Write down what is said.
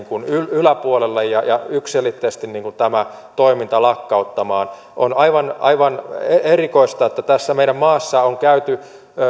yläpuolelle ja ja yksiselitteisesti tämä toiminta lakkauttamaan on aivan aivan erikoista että tässä meidän maassamme on